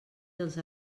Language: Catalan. dels